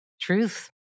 Truth